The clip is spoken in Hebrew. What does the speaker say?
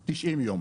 - 90 יום.